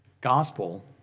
gospel